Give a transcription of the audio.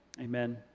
amen